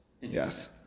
Yes